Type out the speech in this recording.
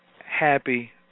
happy